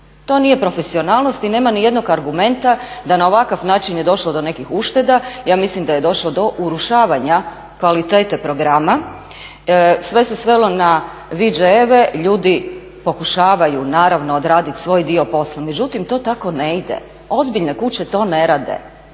to nije profesionalnost i nema nijednog argumenta da na ovakav način je došlo do nekih ušteda. Ja mislim da je došlo do urušavanja kvalitete programa. Sve se svelo na …/Govornica se ne razumije./… ljudi pokušavaju naravno odraditi svoj dio posla, međutim to tako ne ide. Ozbiljne kuće to ne rade.